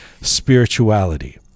spirituality